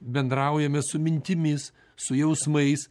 bendraujame su mintimis su jausmais